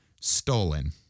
stolen